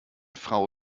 frau